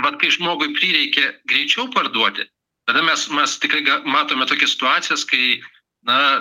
mat kai žmogui prireikia greičiau parduoti tada mes mes tikrai matome tokias situacijas kai na